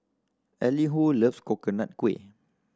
Elihu loves Coconut Kuih